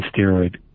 steroid